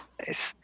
nice